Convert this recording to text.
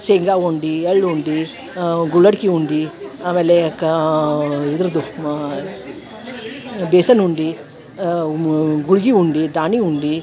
ಶೇಂಗಾ ಉಂಡೆ ಎಳ್ಳು ಉಂಡೆ ಗುಳ್ಳಡ್ಕೆ ಉಂಡೆ ಆಮೇಲೆ ಕಾ ಇದ್ರದ್ದು ಬೇಸನ್ ಉಂಡೆ ಗುಳ್ಗೆ ಉಂಡೆ ದಾಣಿ ಉಂಡೆ